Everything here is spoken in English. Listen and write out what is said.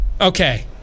okay